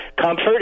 comfort